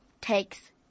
takes